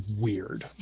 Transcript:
weird